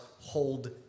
hold